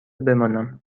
بمانم